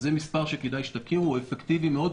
זה מספר שכדאי שתכירו, הוא אפקטיבי מאוד.